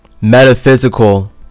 metaphysical